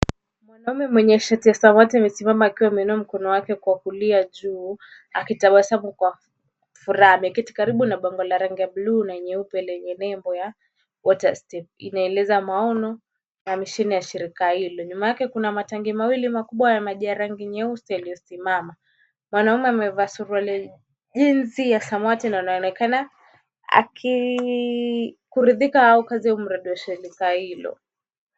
Mwanaume mwenye shati ya samawati amesimama akiwa ameinua mkono wake wa kulia juu akitabasamu kwa furaha. Ameketi karibu na pango la rangi ya blue na nyeupe lenye nembo ya water step inaeleza maono na mashine ya shirika hilo. Nyuma yake kuna matangi mawili makubwa ya maji ya rangi nyeusi yaliyosimama. Mwanaume amevaa suruali jeans ya samawati na anaonekana kuridhika au kazi ya mradi wa shirika hilo.